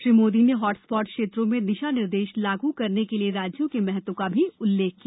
श्री मोदी ने hotspot क्षेत्रों में दिशा निर्देश लागू करने के लिए राज्यों के महत्व का भी उल्लेख किया